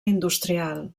industrial